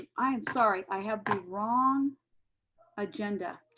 i am sorry, i have the wrong agenda.